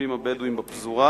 היישובים הבדואיים בפזורה,